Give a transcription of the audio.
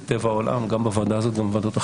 זה טבע העולם, גם בוועדה הזאת וגם בוועדות אחרות.